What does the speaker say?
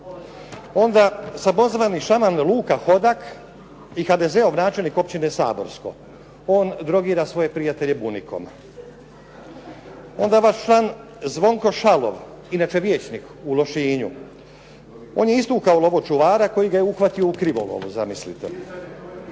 ne razumije./… Hodak i HDZ-ov načelnik općine …/Govornik se ne razumije./… on drogira svoje prijatelje bunikom. Onda vas član Zvonko Šalom, inače vjećnik u Lošinju, on je istukao lovočuvara koji ga je uhvatio u krivolovu, zamislite.